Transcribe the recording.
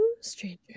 Stranger